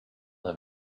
have